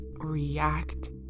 react